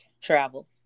Travel